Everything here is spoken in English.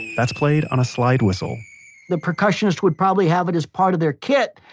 that's played on a slide whistle the percussionist would probably have it as part of their kit,